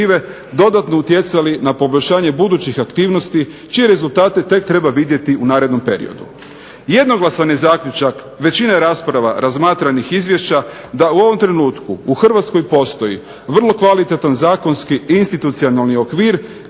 dodatno utjecali na poboljšanje budućih aktivnosti čije rezultate tek treba vidjeti u narednom periodu. Jednoglasan je zaključak većine rasprava razmatranih izvješća, da u ovom trenutku u Hrvatskoj postoji vrlo kvalitetan zakonski i institucionalni okvir